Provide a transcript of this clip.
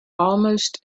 almost